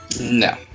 No